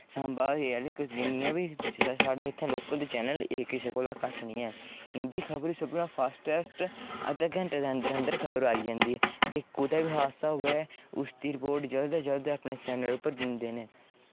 साम्बा जिन्नियां बी साढ़े इत्थै लोकल चैनल न एह् कुसै कोला घट्ट निं हैन इं'दी खबर सभनें शा फास्टटैस्ट ऐ अद्धे घैंटे दे अंदर अंदर खबर आई जंदी ऐ जे कुतै बी हादसा होऐ उसदी रपोर्ट जल्द हा जल्द अपने चैनल उप्पर दिंदे न एह्